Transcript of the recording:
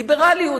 ליברליות.